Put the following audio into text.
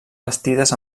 bastides